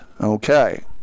Okay